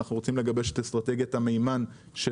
אנחנו רוצים לגבש את אסטרטגיית המימן של